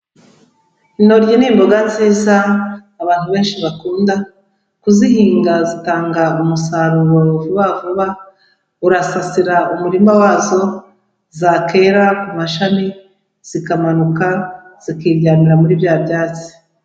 Intoryi ni imboga nziza abantu benshi bakunda, kuzihinga zitanga umusaruro vuba vuba, urasasira umurima wazo zakera amashami zikamanuka zikiryamira muri bya byatsi.